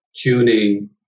tuning